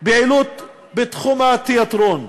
פעילות בתחום התיאטרון.